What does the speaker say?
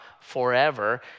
forever